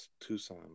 Tucson